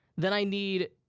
then i need,